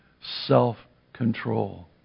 self-control